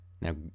Now